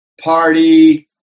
party